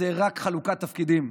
זו רק חלוקת תפקידים.